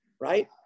right